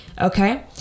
okay